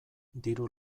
diru